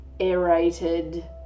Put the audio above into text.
aerated